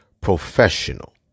professional